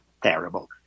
terrible